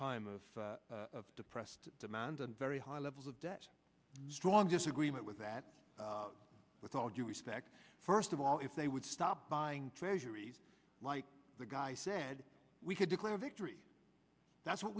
time of depressed demand and very high levels of debt strong disagreement with that with all due respect first of all if they would stop buying treasuries like the guy said we could declare victory that's what